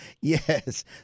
Yes